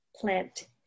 plant